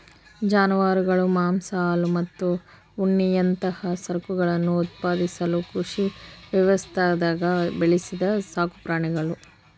ಜಾನುವಾರುಗಳು ಮಾಂಸ ಹಾಲು ಮತ್ತು ಉಣ್ಣೆಯಂತಹ ಸರಕುಗಳನ್ನು ಉತ್ಪಾದಿಸಲು ಕೃಷಿ ವ್ಯವಸ್ಥ್ಯಾಗ ಬೆಳೆಸಿದ ಸಾಕುಪ್ರಾಣಿಗುಳು